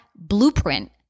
blueprint